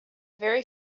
very